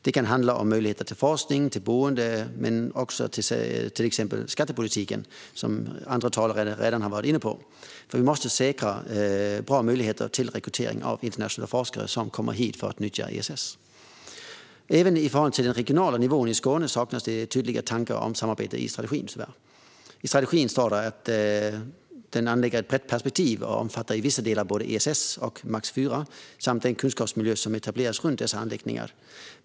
Det kan handla om möjligheter till forskning och boende men också om till exempel skattepolitiken, som andra talare redan har varit inne på, för vi måste säkra bra möjligheter till rekrytering av internationella forskare som kommer hit för att nyttja ESS. Även i förhållande till den regionala nivån i Skåne saknas det tydliga tankar om samarbete. I strategin står det att den nationella strategin anlägger ett brett perspektiv och omfattar i vissa delar både ESS och Max IV samt den kunskapsmiljö som etableras runt dessa anläggningar.